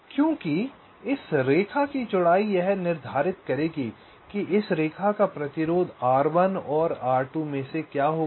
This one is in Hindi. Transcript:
क्योंकि इस रेखा की चौड़ाई यह निर्धारित करेगी कि इस रेखा का प्रतिरोध R1 और R2 में से क्या होगा